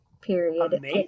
Period